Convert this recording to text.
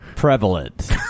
Prevalent